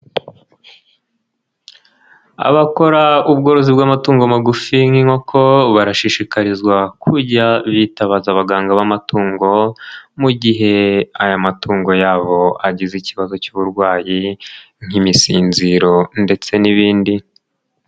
Abakora ubworozi bw'amatungo magufi nk'inkoko barashishikarizwa kujya bitabaza abaganga b'amatungo mu gihe aya matungo yabo agize ikibazo cy'uburwayi nk'imisinziro ndetse n'ibindi.